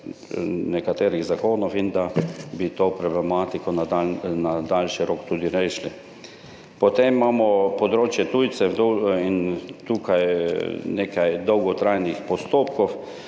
nekaterih zakonov, [zato si želim], da bi to problematiko na dolgi rok tudi rešili. Potem imamo področje tujcev in tukaj nekaj dolgotrajnih postopkov.